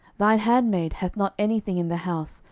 thine handmaid hath not any thing in the house,